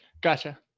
Gotcha